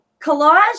collage